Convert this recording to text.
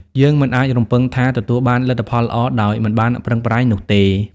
យើងមិនអាចរំពឹងថាទទួលបានលទ្ធផលល្អដោយមិនបានប្រឹងប្រែងនោះទេ។